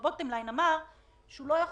בשורה התחתונה,